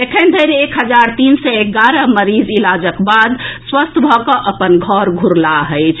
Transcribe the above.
एखन धरि एक हजार तीन सय एगारह मरीज इलाजक बाद स्वस्थ भऽ कऽ अपन घर घूरलाह अछि